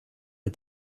mit